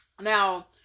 Now